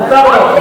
מותר לו.